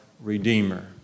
Redeemer